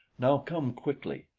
now come, quickly.